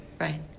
right